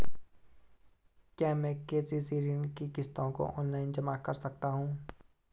क्या मैं के.सी.सी ऋण की किश्तों को ऑनलाइन जमा कर सकता हूँ?